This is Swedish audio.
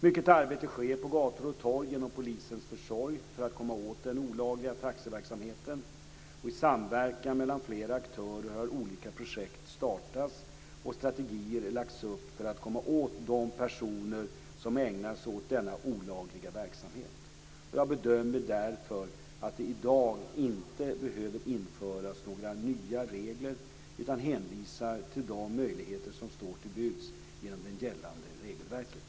Mycket arbete sker på gator och torg genom polisens försorg för att komma åt den olagliga taxiverksamheten. I samverkan mellan flera aktörer har olika projekt startats och strategier lagts upp för att komma åt de personer som ägnar sig åt denna olagliga verksamhet. Jag bedömer därför att det i dag inte behöver införas några nya regler utan hänvisar till de möjligheter som står till buds genom det gällande regelverket.